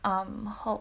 um hope